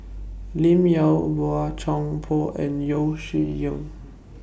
Lim Yau Boey Chuan Poh and Yeo Shih Yun